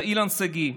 וזה אילן שגיא,